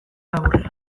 laburrean